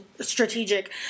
strategic